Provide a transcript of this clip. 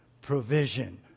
provision